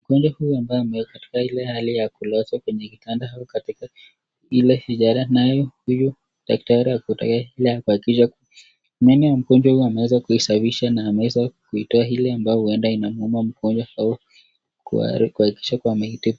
Mtu huyu ambaye ako katika ile hali ya kulazwa naye huyu daktari ako tayari kuahakikisha meno ya mgonjwa huyu ameweza kuisafisha na ameweza kuitoa ile ambayo inaweza mmumiza.